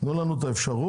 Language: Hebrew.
תנו לנו את האפשרות